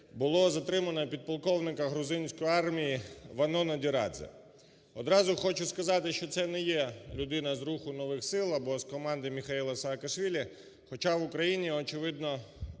було затримано підполковника грузинської армії Вано Надирадзе. Одразу хочу сказати, що це не є людина з "Руху нових сил" або з команди Михайла Саакашвілі, хоча в Україні, очевидно,